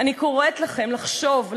אני קוראת לכם לחשוב,